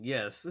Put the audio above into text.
Yes